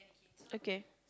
okay